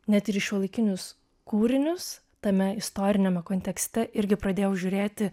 net ir į šiuolaikinius kūrinius tame istoriniame kontekste irgi pradėjau žiūrėti